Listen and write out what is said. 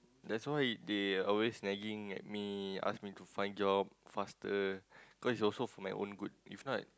that's why they always nagging at me ask me to find job faster cause it's also for my own good if not